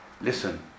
Listen